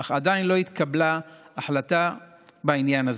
אך עדיין לא התקבלה החלטה בעניין הזה.